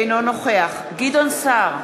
אינו נוכח גדעון סער,